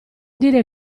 dire